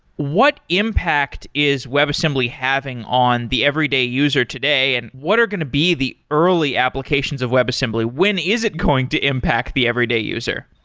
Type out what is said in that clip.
what impact is webassembly having on the everyday user today and what are going to be the early applications of webassembly? when is it going to impact the everyday user?